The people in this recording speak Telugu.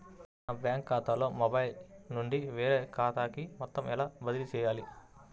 నా బ్యాంక్ ఖాతాలో మొబైల్ నుండి వేరే ఖాతాకి మొత్తం ఎలా బదిలీ చేయాలి?